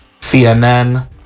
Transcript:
cnn